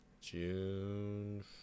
June